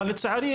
אבל לצערי,